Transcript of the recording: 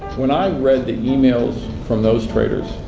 when i read the emails from those traders,